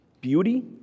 beauty